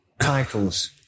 titles